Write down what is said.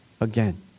again